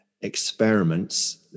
experiments